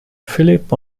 philippe